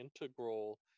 integral